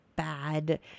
Bad